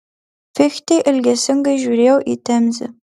fichtė ilgesingai žiūrėjo į temzę